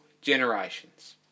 generations